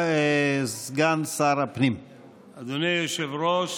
אדוני היושב-ראש,